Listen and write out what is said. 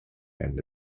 end